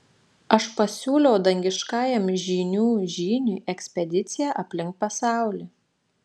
aš pasiūliau dangiškajam žynių žyniui ekspediciją aplink pasaulį